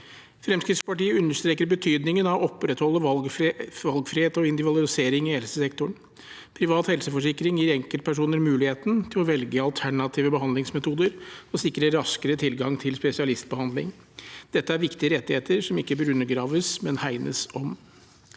Fremskrittspartiet understreker betydningen av å opprettholde valgfrihet og individualisering i helsesektoren. Privat helseforsikring gir enkeltpersoner muligheten til å velge alternative behandlingsmetoder og sikre raskere tilgang til spesialistbehandling, Dette er viktige rettigheter som ikke bør undergraves, men hegnes om.